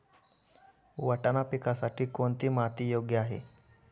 वाटाणा पिकासाठी कोणती माती योग्य आहे?